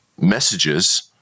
messages